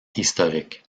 historique